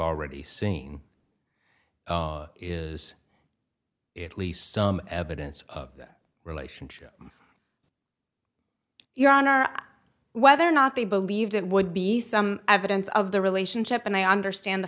already seen is it least some evidence of that relationship your honor whether or not they believed it would be some evidence of the relationship and i understand the